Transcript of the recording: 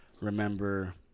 remember